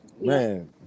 man